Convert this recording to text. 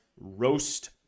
Roast